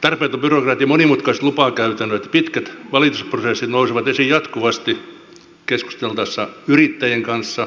tarpeeton byrokratia monimutkaiset lupakäytännöt pitkät valitusprosessit nousevat esiin jatkuvasti keskusteltaessa yrittäjien kanssa viljelijöiden kanssa